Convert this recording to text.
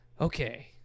okay